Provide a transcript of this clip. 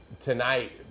tonight